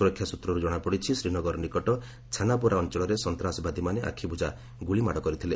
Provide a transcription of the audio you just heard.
ସୁରକ୍ଷା ସ୍ନତ୍ରରୁ ଜଣାପଡ଼ିଛି ଶ୍ରୀନଗର ନିକଟ ଛାନାପୋରା ଅଞ୍ଚଳରେ ସନ୍ତାସବାଦୀମାନେ ଆଖିବୁଜା ଗୁଳିମାଡ଼ କରିଥିଲେ